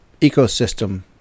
ecosystem